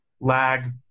lag